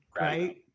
Right